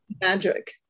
magic